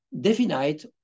definite